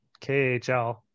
KHL